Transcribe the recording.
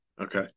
Okay